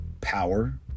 power